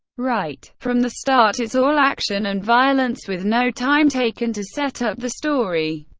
right from the start it's all action and violence with no time taken to set up the story.